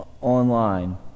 online